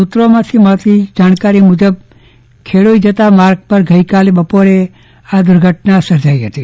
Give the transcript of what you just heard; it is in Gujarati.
સુત્રોમાંથી મળતી જાણકારી મુજબ ખેડોઈ જતા માર્ગ પર ગઈકાલે બપોરે આ દુર્ઘટના સર્જાઈ ફતી